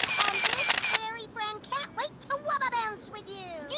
and this fairy friend can't wait to wubbber bounce with you.